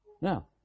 No